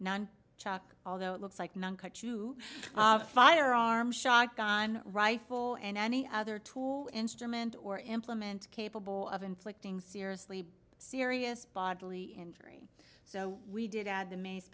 nine chalk although it looks like none cut to firearm shotgun rifle and any other tool instrument or implement capable of inflicting seriously serious bodily injury so we did add the ma